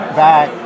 back